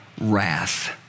wrath